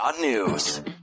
News